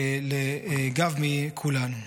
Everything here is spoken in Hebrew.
לגב מכולנו.